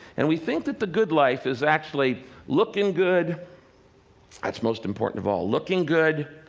and we think that the good life is actually looking good that's most important of all looking good,